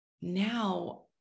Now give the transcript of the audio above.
now